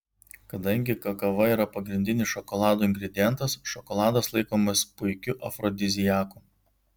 kadangi kakava yra pagrindinis šokolado ingredientas šokoladas laikomas puikiu afrodiziaku